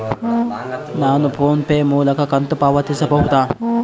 ನಾವು PhonePe ಮೂಲಕ ಕಂತು ಪಾವತಿಸಬಹುದಾ?